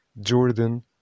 Jordan